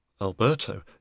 Alberto